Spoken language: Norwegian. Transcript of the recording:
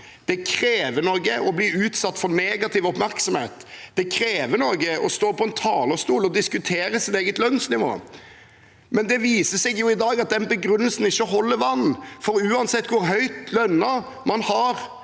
Det krever noe å bli utsatt for negativ oppmerksomhet. Det krever noe å stå på en talerstol og diskutere sitt eget lønnsnivå. Men det viser seg i dag at den begrunnelsen ikke holder vann, for uansett hvor høyt lønnet man har